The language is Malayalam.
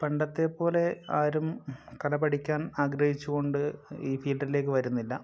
പണ്ടത്തെ പോലെ ആരും കല പഠിക്കാൻ ആഗ്രഹിച്ചുകൊണ്ട് ഈ ഫീൽഡിലേക്കു വരുന്നില്ല